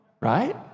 right